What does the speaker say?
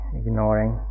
ignoring